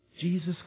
Jesus